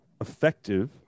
effective